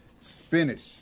Spinach